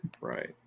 Right